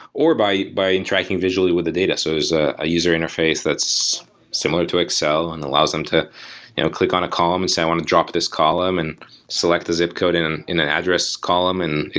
or by by interacting visually with the data, so as ah a user interfaces that's similar to excel and allows them to click on a column and say, i want to drop this column, and select the zip code in in that address column and,